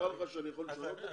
נראה לך שאני יכול לשנות את